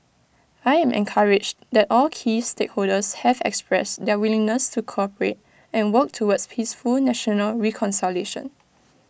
I am encouraged that all key stakeholders have expressed their willingness to cooperate and work towards peaceful national reconciliation